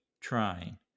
trying